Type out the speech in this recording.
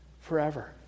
forever